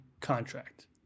contract